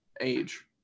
age